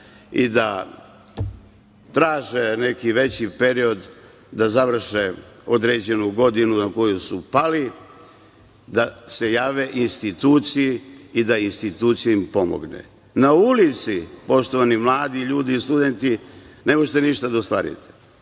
i da traže neki veći period da završe određenu godinu na kojoj su pali, da se jave instituciji i da institucija im pomogne. Na ulici, poštovani mladi ljudi i studenti, ne možete ništa da ostvarite.